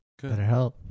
BetterHelp